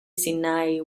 sinai